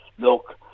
Look